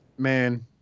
Man